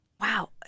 Wow